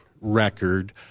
record